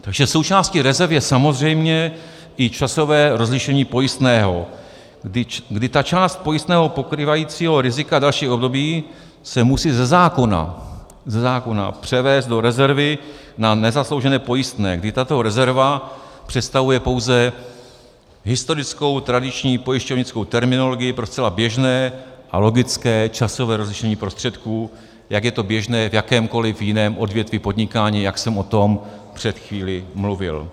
Takže součástí rezerv je samozřejmě i časové rozlišení pojistného, kdy ta část pojistného pokrývajícího rizika dalších období se musí ze zákona ze zákona převést do rezervy na nezasloužené pojistné, kdy tato rezerva představuje pouze historickou, tradiční pojišťovnickou terminologii pro zcela běžné a logické časové rozlišení prostředků, jak je to běžné v jakémkoliv jiném odvětví podnikání, jak jsem o tom před chvílí mluvil.